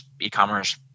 e-commerce